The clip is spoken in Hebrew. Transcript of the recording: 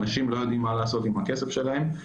אנשים לא יודעים מה לעשות עם הכסף שלהם.